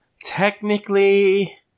technically